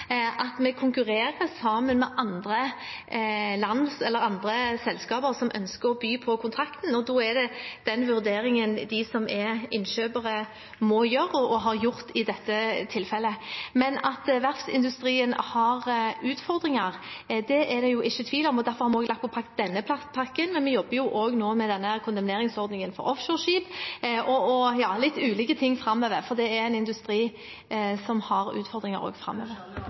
at vi konkurrerer sammen med andre selskaper som ønsker å by på kontrakten, og da er det den vurderingen de som er innkjøpere, må gjøre og har gjort i dette tilfellet. Det at verftsindustrien har utfordringer, er det ikke tvil om, og derfor har vi lagt fram denne pakken. Men vi jobber også nå med denne kondemneringsordningen for offshoreskip og med litt ulike ting framover, for dette er en industri som har utfordringer også framover.